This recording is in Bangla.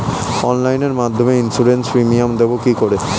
অনলাইনে মধ্যে ইন্সুরেন্স প্রিমিয়াম দেবো কি করে?